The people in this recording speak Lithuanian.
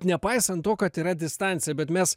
nepaisant to kad yra distancija bet mes